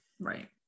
Right